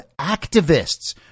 activists